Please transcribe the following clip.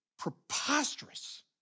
preposterous